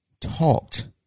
talked